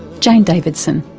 jane davidson